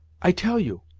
i tell you!